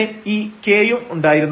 ഇവിടെ ഈ k യും ഉണ്ടായിരുന്നു